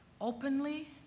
openly